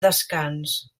descans